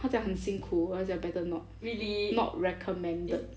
他讲很辛苦他讲 better not not recommended